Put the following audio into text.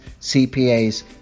CPAs